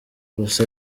gusa